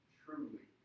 truly